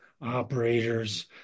operators